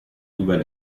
über